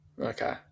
Okay